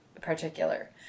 particular